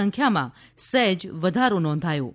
સંખ્યામાં સહેજ વધારો નોંધાયો છે